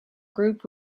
group